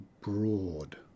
broad